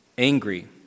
angry